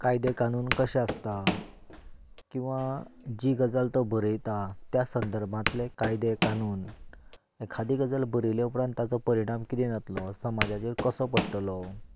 कायदे कानून कशे आसतात किंवा जी गजाल तो बरयता त्या संदर्भांतले कायदे कानून एखादी गजाल बरयले उपरांत ताजो परिणाम कितें जातलो समाजाचेर कसो पडटलो